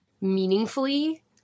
meaningfully